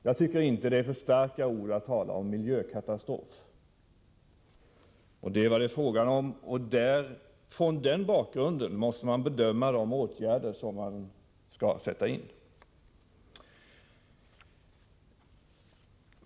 Jag tycker inte det är för starka ord att tala om miljökatastrof — det är vad det är fråga om — och mot den bakgrunden måste man bedöma de åtgärder som skall sättas in.